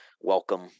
welcome